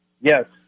Yes